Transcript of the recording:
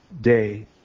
day